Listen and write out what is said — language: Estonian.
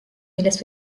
millest